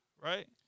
right